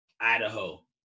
Idaho